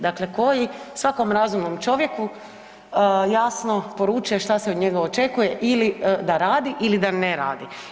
Dakle koji svakom razumnom čovjeku jasno poručuje što se od njega očekuje ili da radi ili da ne radi.